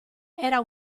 era